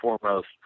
foremost